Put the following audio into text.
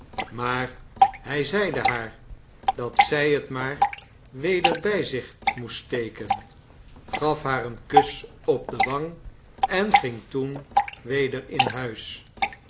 maar hij zeide haar dat zij het maar weder bij zich moest steken gaf haar een kus op de wang en ging toen weder in huis